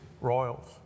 Royals